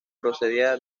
procedía